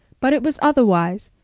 but it was otherwise.